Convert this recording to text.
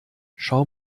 schau